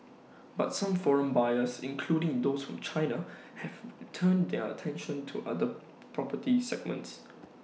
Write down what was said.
but some foreign buyers including those from China have turned their attention to other property segments